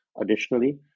additionally